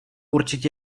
určitě